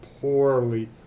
poorly